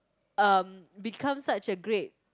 um become such a great